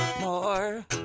more